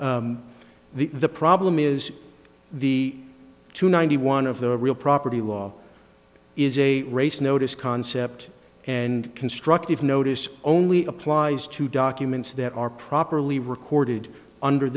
the the problem is the two ninety one of the real property law is a race notice concept and constructive notice only applies to documents that are properly recorded under